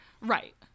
Right